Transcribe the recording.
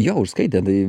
jo užskaitė tai